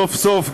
סוף-סוף,